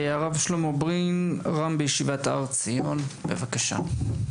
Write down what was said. הרב שלמה ברין, ר"מ בישיבת הר עציון, בבקשה.